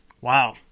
Wow